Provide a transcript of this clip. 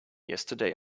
yesterday